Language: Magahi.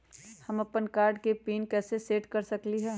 हम अपन कार्ड के पिन कैसे सेट कर सकली ह?